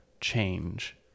change